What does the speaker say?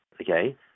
Okay